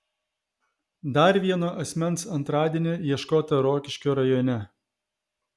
dar vieno asmens antradienį ieškota rokiškio rajone